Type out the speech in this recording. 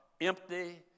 empty